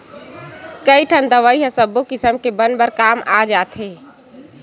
कइठन दवई ह सब्बो किसम के बन बर काम आ जाथे